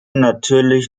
natürlich